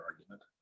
argument